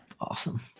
Awesome